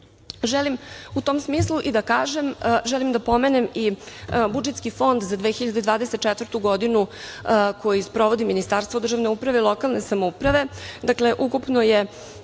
u tom smislu i da pomenem budžetski fond za 2024. godinu koji sprovodi Ministarstvo državne uprave i lokalne samouprave.